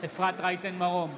אפרת רייטן מרום,